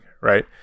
right